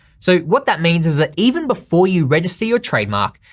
so what that means is that even before you register your trademark,